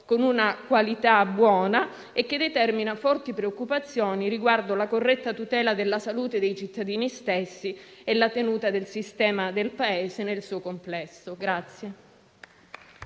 una buona qualità, ma anche di causare forti preoccupazioni riguardo la corretta tutela della salute dei cittadini stessi e la tenuta del sistema Paese nel suo complesso.